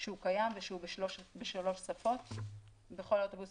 שהוא קיים ושהוא בשלוש שפות בכל האוטובוסים,